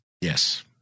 Yes